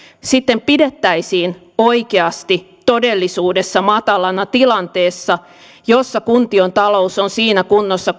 sitten pidettäisiin oikeasti todellisuudessa matalana tilanteessa jossa kuntien talous on siinä kunnossa